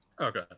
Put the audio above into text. Okay